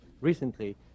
recently